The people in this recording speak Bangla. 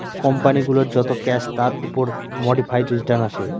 কোম্পানি গুলোর যত ক্যাশ তার উপর মোডিফাইড রিটার্ন আসে